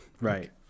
Right